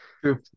True